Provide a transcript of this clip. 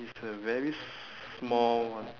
it's a very small one